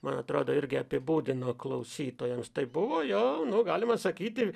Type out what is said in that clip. man atrodo irgi apibūdino klausytojams tai buvo jo galima sakyti